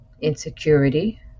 insecurity